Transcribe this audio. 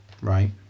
Right